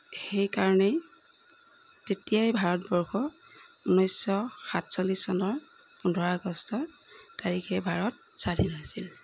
সেইকাৰণেই তেতিয়াই ভাৰতবৰ্ষ ঊনৈছশ সাতচল্লিছ চনৰ পোন্ধৰ আগষ্ট তাৰিখে ভাতৰ স্বাধীন হৈছিল